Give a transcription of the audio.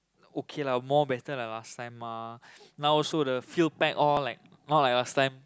okay lah more better than last time mah now also the field pack all like not like last time